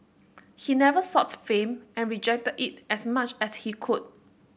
he never sought fame and rejected it as much as he could